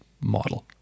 model